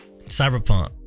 Cyberpunk